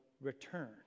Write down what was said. return